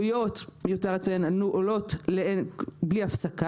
מיותר לציין שהעלויות גדלו לאין שיעור.